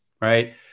right